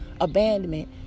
abandonment